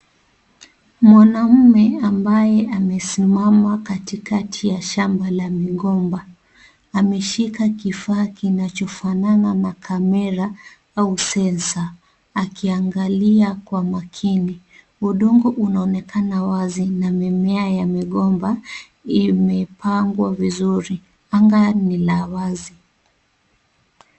Mwanamme ambaye amesimama katikati ya shamba la migomba. Ameshika kifaa kinachofanana na camera au zeza. Akiangalia kwa makini. Udongo unaonekana wazi na mimea ya migomba imepangwa vizuri. Anga la wazi.